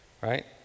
right